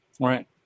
Right